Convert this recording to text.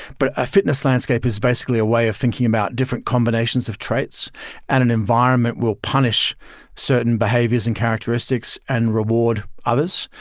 but a fitness landscape is basically a way of thinking about different combinations of traits and an environment will punish certain behaviors and characteristics and reward others.